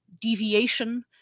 deviation